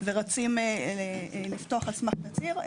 והם רוצים לפתוח על סמך תצהיר.